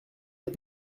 des